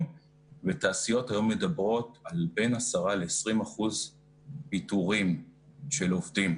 והתעשיות היום מדברות על בין 10% ל-20% פיטורין של עובדים.